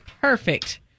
Perfect